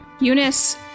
Eunice